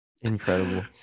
Incredible